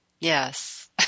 yes